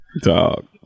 Dog